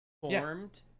formed